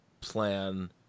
plan